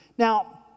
Now